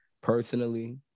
personally